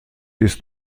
ist